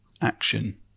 action